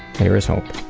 there is hope.